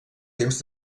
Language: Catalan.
temps